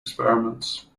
experiments